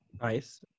Nice